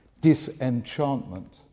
disenchantment